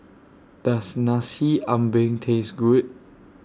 Does Nasi Ambeng Taste Good